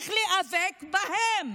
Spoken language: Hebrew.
צריך להיאבק בהם.